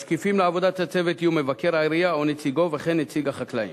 משקיפים לעבודת הצוות יהיו מבקר העירייה או נציגו וכן נציג החקלאים.